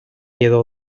iddo